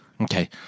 Okay